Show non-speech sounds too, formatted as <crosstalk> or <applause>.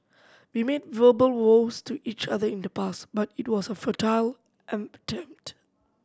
we made verbal vows to each other in the past but it was a futile <unintelligible>